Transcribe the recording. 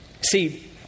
See